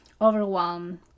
overwhelmed